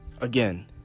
again